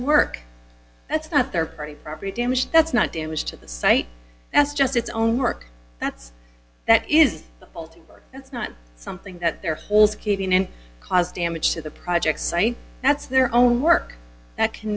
work that's not their party property damage that's not damage to the site that's just its own work that's that is that's not something that their whole skating and caused damage to the projects that's their own work that can